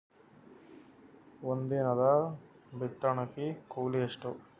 ಒಂದಿನದ ಬಿತ್ತಣಕಿ ಕೂಲಿ ಎಷ್ಟ?